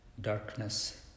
darkness